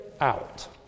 out